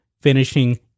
finishing